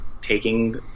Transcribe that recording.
taking